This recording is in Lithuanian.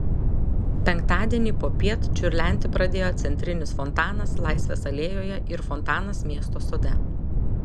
penktadienį popiet čiurlenti pradėjo centrinis fontanas laisvės alėjoje ir fontanas miesto sode